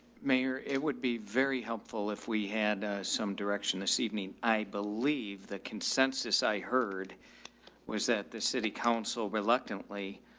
mayor, it would be very helpful if we had a, some direction this evening. i believe that consensus i heard was that the city council reluctantly,